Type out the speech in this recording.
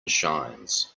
shines